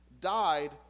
died